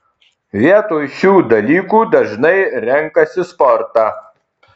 vietoj šių dalykų dažnai renkasi sportą